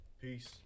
Peace